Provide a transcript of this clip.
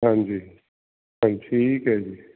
ਹਾਂਜੀ ਹਾਂਜੀ ਠੀਕ ਹੈ ਜੀ